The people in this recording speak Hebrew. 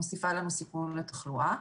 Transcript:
מוסיפה לנו סיכון לתחלואה.